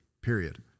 period